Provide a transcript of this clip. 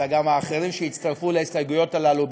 אלא גם האחרים שהצטרפו להסתייגויות הללו,